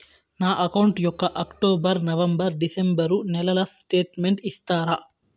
నా అకౌంట్ యొక్క October, November, December నెలల స్టేట్మెంట్ ఇస్తారా?